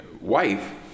wife